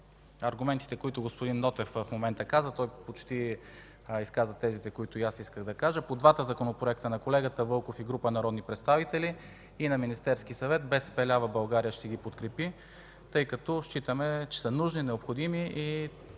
аргументите, които господин Нотев в момента каза. Той почти изказа тезите, които и аз исках да кажа. По двата законопроекта – на колегата Вълков и група народни представители, и на Министерския съвет, БСП лява България ще ги подкрепи, тъй като смятаме, че са нужни, необходими и